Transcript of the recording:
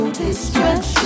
distress